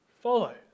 follow